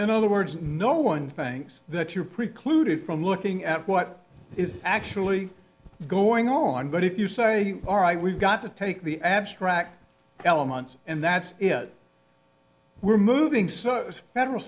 in other words no one that you're precluded from looking at what is actually going on but if you say all right we've got to take the abstract elements and that's we're moving federal